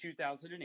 2008